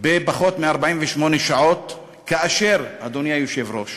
בפחות מ-48 שעות, כאשר, אדוני היושב-ראש,